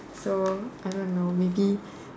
so I don't know maybe